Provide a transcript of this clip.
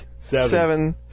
seven